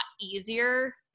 easier